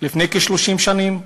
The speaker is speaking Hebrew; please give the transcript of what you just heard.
לפני כ-30 שנים,